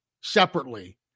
separately